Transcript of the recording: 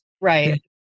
Right